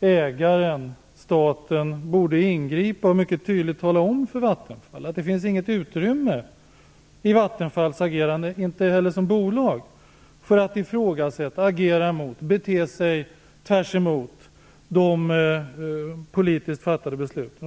ägaren, staten, borde ingripa och mycket tydligt tala om för Vattenfall att det inte finns något utrymme i Vattenfalls agerande, inte heller som bolag, för att ifrågasätta och agera tvärt emot de politiskt fattade besluten.